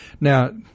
Now